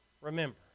remember